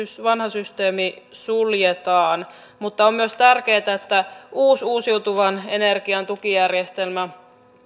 vanha systeemi suljetaan mutta on myös tärkeää että uusi uusiutuvan energian tukijärjestelmä